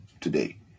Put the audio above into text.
today